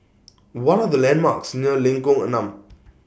What Are The landmarks near Lengkok Enam